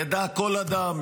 ידע כל אדם,